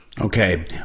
okay